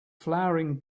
flowering